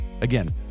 Again